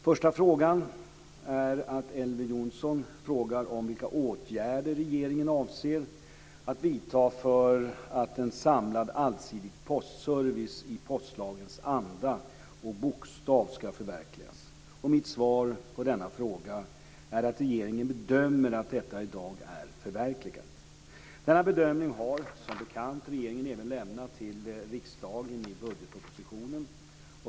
Till att börja med frågar Elver Jonsson vilka åtgärder regeringen avser att vidta för att en samlad allsidig postservice i postlagens anda och bokstav ska förverkligas. Mitt svar på denna fråga är att regeringen bedömer att detta i dag är förverkligat. Denna bedömning har, som bekant, regeringen även lämnat till riksdagen i budgetpropositionen.